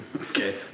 Okay